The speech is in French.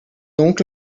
donc